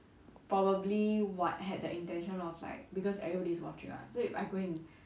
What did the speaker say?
probably what had the intention of like because everybody's watching lah so if I going